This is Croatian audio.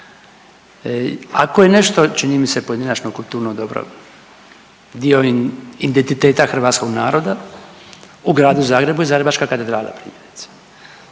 Ako je nešto čini mi se pojedinačno kulturno dobro, dio identiteta hrvatskog naroda, u Gradu Zagrebu je Zagrebačka katedrala i ja